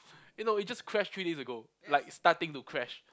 eh no it just crashed three days ago like starting to crash